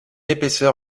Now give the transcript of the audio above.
épaisseur